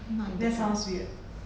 that sounds weird